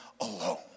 alone